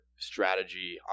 strategy